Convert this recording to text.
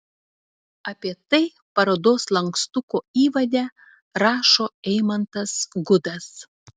apie tai parodos lankstuko įvade rašo eimantas gudas